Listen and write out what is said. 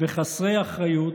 וחסרי אחריות,